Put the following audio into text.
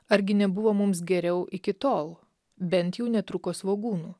argi nebuvo mums geriau iki tol bent jau netrūko svogūnų